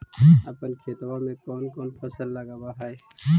अपन खेतबा मे कौन कौन फसल लगबा हू?